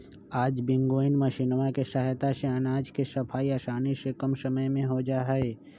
आज विन्नोइंग मशीनवा के सहायता से अनाज के सफाई आसानी से कम समय में हो जाहई